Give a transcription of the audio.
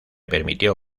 permitió